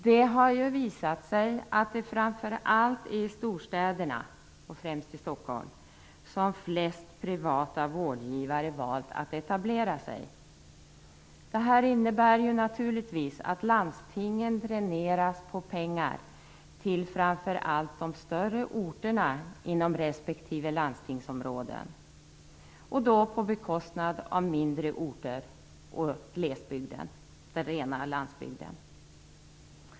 Det har visat sig att det framför allt är i storstäderna och främst i Stockholm som flest privata vårdgivare valt att etablera sig. Detta innebär naturligtvis att landstingen dräneras på pengar till framför allt de större orterna inom respektive landstingsområde. Det sker på bekostnad av mindre orter och glesbygden, dvs. landsbygden.